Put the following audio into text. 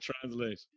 translate